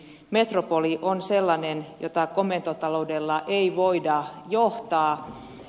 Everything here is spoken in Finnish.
metropoli on sellainen jota komentotaloudella ei voida johtaa